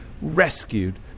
rescued